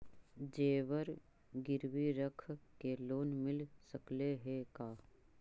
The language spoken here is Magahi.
जेबर गिरबी रख के लोन मिल सकले हे का?